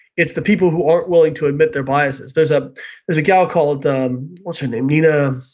it's the people who aren't willing to admit their biases there's ah there's a gal called, um what's her name? nina,